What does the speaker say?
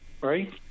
right